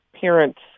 parents